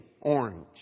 orange